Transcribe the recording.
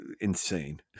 insane